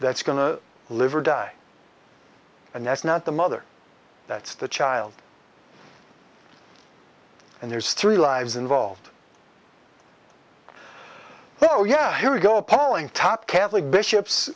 that's going to live or die and that's not the mother that's the child and there's three lives involved well yeah here you go appalling top catholic bishops